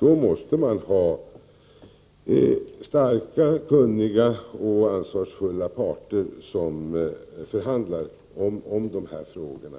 måste man ha starka, kunniga och ansvarsfulla parter som förhandlar om de här frågorna.